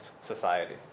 society